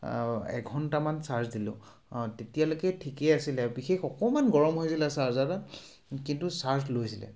এঘণ্টামান চাৰ্জ দিলোঁ তেতিয়ালৈকে ঠিকেই আছিলে বিশেষ অকণমান গৰম হৈছিলে চাৰ্জাৰডাল কিন্তু চাৰ্জ লৈছিলে